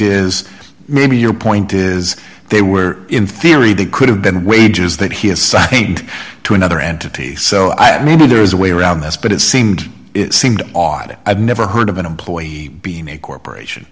is maybe your point is they were in theory they could have been wages that he assigned to another entity so i mean there is a way around this but it seemed it seemed odd it i've never heard of an employee being a corporation